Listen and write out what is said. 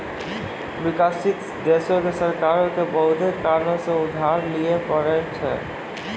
विकासशील देशो के सरकारो के बहुते कारणो से उधार लिये पढ़ै छै